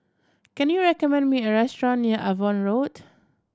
can you recommend me a restaurant near Avon Road